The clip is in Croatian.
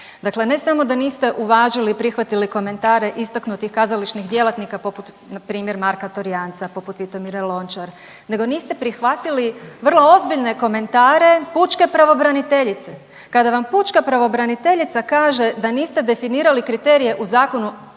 Dakle, ne samo da niste uvažili i prihvatili komentare istaknutih kazališnih djelatnika poput npr. Marka Torjanca, poput Vitomire Lončar, nego niste prihvatili vrlo ozbiljne komentare pučke pravobraniteljice. Kada vam pučka pravobraniteljica da niste definirali kriterije u zakonu